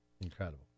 Incredible